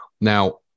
Now